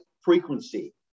frequency